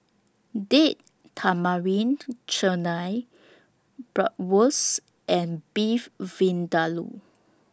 Date Tamarind Chutney Bratwurst and Beef Vindaloo